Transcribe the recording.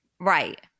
Right